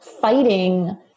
fighting